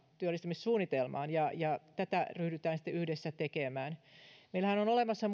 työllistymissuunnitelmaan ja ja tätä ryhdytään sitten yhdessä tekemään meillähän on olemassa